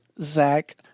Zach